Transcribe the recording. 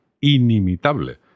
inimitable